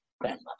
grandmother